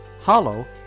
hollow